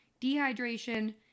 dehydration